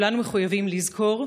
כולנו מחויבים לזכור,